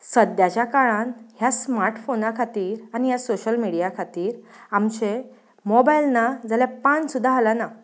सद्द्याच्या काळांत ह्या स्मार्ट फोना खातीर आनी ह्या सोशल मिडया खातीर आमचे मोबायल ना जाल्यार पान सुद्दां हालाना